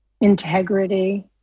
Integrity